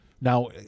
Now